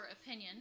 opinion